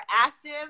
active